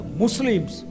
muslims